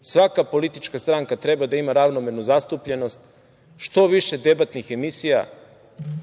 svaka politička stranka treba ravnomernu zastupljenost. Što više debatnih emisija,